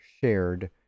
shared